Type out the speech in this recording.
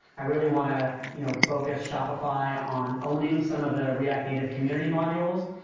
i really want to you know focus shopify on owning some of the react native community modules.